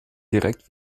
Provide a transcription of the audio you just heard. direkt